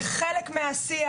זה חלק מהשיח.